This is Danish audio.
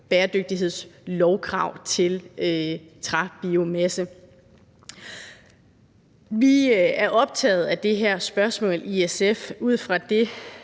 bæredygtighedslovkrav til træbiomasse. Vi er optaget af det her spørgsmål i SF ud fra det